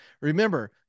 Remember